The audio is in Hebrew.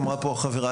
אמרה פה החברה,